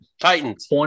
Titans